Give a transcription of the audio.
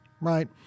right